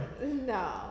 No